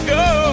go